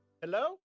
Hello